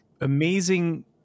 amazing